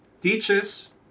teaches